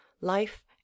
life